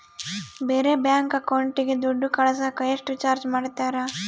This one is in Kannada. ಬೇರೆ ಬ್ಯಾಂಕ್ ಅಕೌಂಟಿಗೆ ದುಡ್ಡು ಕಳಸಾಕ ಎಷ್ಟು ಚಾರ್ಜ್ ಮಾಡತಾರ?